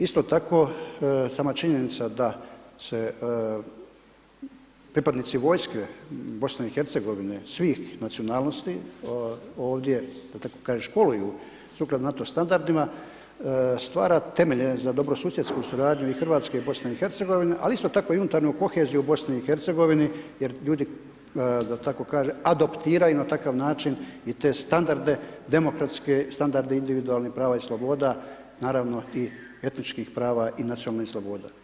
Isto tako, sama činjenica da se pripadnici vojske BiH svih nacionalnosti ovdje da tako kažem školuju sukladno NATO standardima, stvara temelje za dobrosusjedsku suradnju i Hrvatske i BiH, ali isto tako i unutarnju koheziju u BiH jer ljudi, da tako kažem adoptiraju na takav način i te standarde, demokratske standarde individualnih prava i sloboda, naravno i etničkih prava i nacionalnih sloboda.